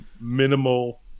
minimal